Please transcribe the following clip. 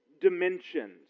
dimensions